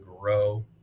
grow